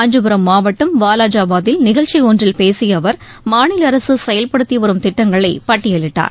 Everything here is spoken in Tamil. காஞ்சிபுரம் மாவட்டம் வாலாஜாபாத்தில் நிகழ்ச்சி ஒன்றில் பேசிய அவர் மாநில அரசு செயல்படுத்தி வரும் திட்டங்களை பட்டியலிட்டார்